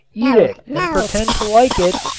eat it and pretend to like it,